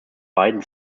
beiden